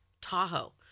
Tahoe